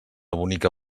bonica